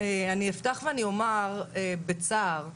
אני אפתח ואומר בצער,